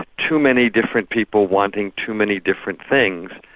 ah too many different people wanting too many different things.